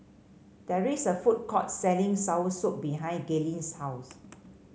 there is a food court selling soursop behind Gaylene's house